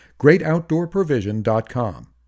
GreatOutdoorProvision.com